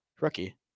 rookie